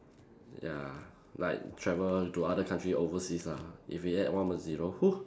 ya like travel to other country overseas lah if we add one more zero